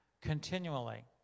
continually